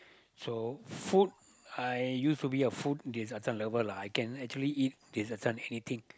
so food I used to be a food this uh this one lover lah I can actually eat this uh this one anything